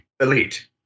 elite